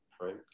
right